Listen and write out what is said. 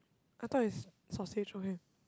I thought is sausage okay